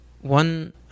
One